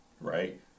right